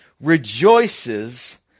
rejoices